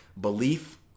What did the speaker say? Belief